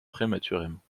prématurément